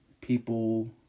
People